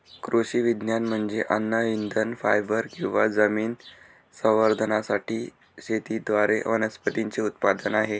कृषी विज्ञान म्हणजे अन्न इंधन फायबर किंवा जमीन संवर्धनासाठी शेतीद्वारे वनस्पतींचे उत्पादन आहे